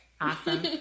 Awesome